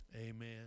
amen